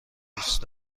دوست